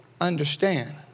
understand